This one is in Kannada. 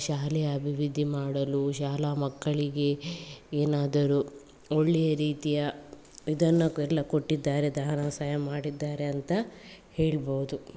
ಶಾಲೆಯ ಅಭಿವೃದ್ಧಿ ಮಾಡಲು ಶಾಲಾ ಮಕ್ಕಳಿಗೆ ಏನಾದರು ಒಳ್ಳೆಯ ರೀತಿಯ ಇದನ್ನು ಎಲ್ಲಾ ಕೊಟ್ಟಿದ್ದಾರೆ ಧನ ಸಹಾಯ ಮಾಡಿದ್ದಾರೆ ಅಂತ ಹೇಳ್ಬಹುದು